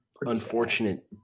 unfortunate